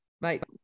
Mate